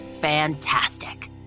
Fantastic